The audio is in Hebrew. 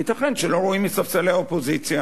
ייתכן שלא רואים מספסלי האופוזיציה.